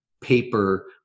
paper